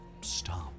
Stop